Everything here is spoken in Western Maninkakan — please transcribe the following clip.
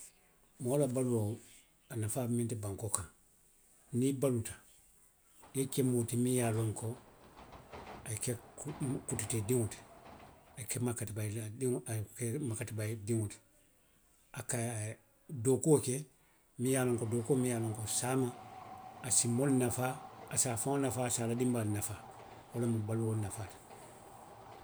Moo la baluo. a nafaa mu miŋ ti bankoo kaŋ, niŋ i baluuta, i ye ke moo ti miŋ ye a loŋ ko, a ye ke, a ye ke ku, kututee diŋo ti. A ye makatibayiraŋ, a ye ke makatibayi diŋo ti. A ka dookuo ke, miŋ ye a loŋ ko, dookuo miŋ ye a loŋ ko saama, a si moolu nafaa, a se a faŋ nafaa, a ye a la dinbaayaalu nafaa. Wo lemu baluo nafaa ti.